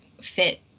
fit